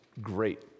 great